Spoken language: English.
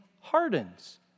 hardens